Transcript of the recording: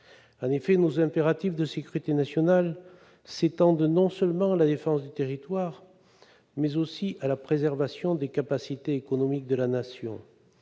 En effet, nos impératifs de sécurité nationale s'étendent non seulement à la défense du territoire, mais aussi à la préservation des capacités économiques de la Nation.